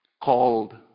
called